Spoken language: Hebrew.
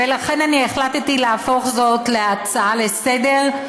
ולכן אני החלטתי להפוך זאת להצעה לסדר-היום,